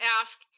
ask